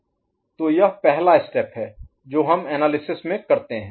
तो यह पहला स्टेप है जो हम एनालिसिस Analysis में करते हैं